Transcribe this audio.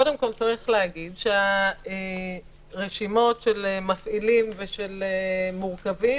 קודם כול, הרשימות של מפעילים ושל מורכבים